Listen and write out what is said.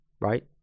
right